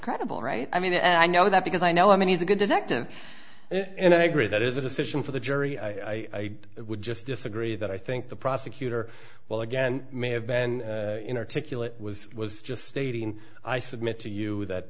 credible right i mean i know that because i know i mean he's a good detective and i agree that is a decision for the jury i would just disagree that i think the prosecutor well again may have been in articulate was was just stating i submit to you that